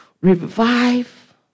revive